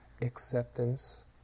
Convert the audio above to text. acceptance